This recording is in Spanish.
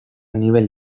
nivel